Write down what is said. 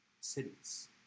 cities